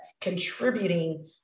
contributing